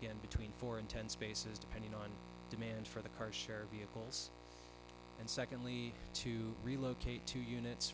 again between four and ten spaces depending on demand for the car share vehicles and secondly to relocate two units